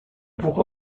pourra